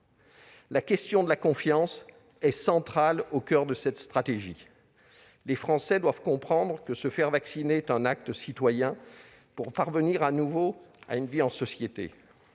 La question de la confiance est centrale ; elle doit être au coeur de cette stratégie. Les Français doivent comprendre que se faire vacciner est un acte citoyen pour parvenir de nouveau à vivre en société.